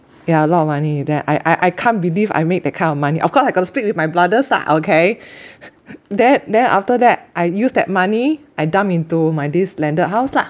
yeah a lot of money that I I I can't believe I made that kind of money of course I got to split with my brothers ah okay then then after that I used that money I dump into my this landed house lah